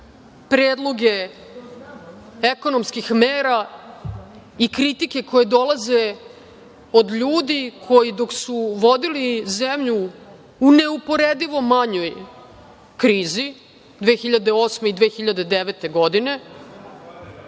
predloge ekonomskih mera i kritike koje dolaze od ljudi koji dok su vodili zemlju u neuporedivo manjoj krizi 2008. i 2009. godine,